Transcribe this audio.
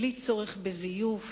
בלי צורך בזיוף